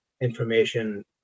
information